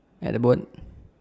at the bon~